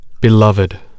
Beloved